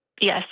yes